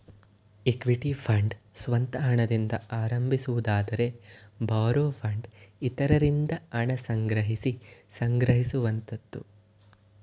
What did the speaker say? equity fund ಸ್ವಂತ ಹಣದಿಂದ ಆರಂಭಿಸುವುದಾದರೆ ಬಾರೋ ಫಂಡ್ ಇತರರಿಂದ ಹಣ ಸಂಗ್ರಹಿಸಿ ಸಂಗ್ರಹಿಸುವಂತದ್ದು